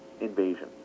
invasion